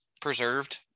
preserved